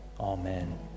Amen